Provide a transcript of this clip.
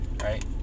right